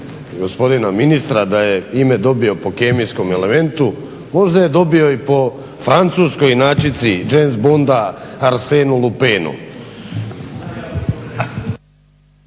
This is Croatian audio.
gospodina ministra da je ime dobio po kemijskom elementu. Možda je dobio i po francuskoj inačici James Bonda, Arsenu Lupenu.